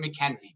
McKenzie